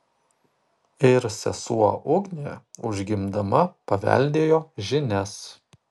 ir sesuo ugnė užgimdama paveldėjo žinias